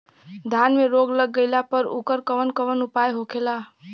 धान में रोग लग गईला पर उकर कवन कवन उपाय होखेला?